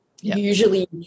Usually